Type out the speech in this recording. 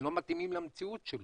ולא מתאימים למציאות שלו.